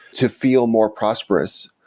to feel more prosperous.